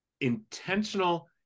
intentional